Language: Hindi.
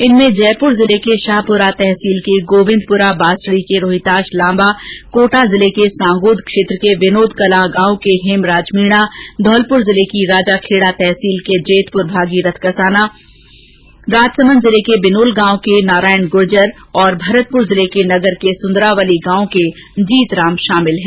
इनमें जयपुर जिले के शाहपुरा तहसील के गोविंदप्रा बासडी के रोहिताश लांबा कोटा जिले के सांगोद क्षेत्र के विनोद कला गांव के हेमराज मीणा धौलपुर जिले की राजाखेड़ा तहसील के जेतपुर के भागीरथ कसाना राजसमंद जिले के बिनोल गांव के नारायण गुर्जर और भरतपुर जिले के नगर के सुंदरावली गांव के जीतराम शामिल हैं